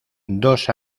dos